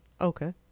Okay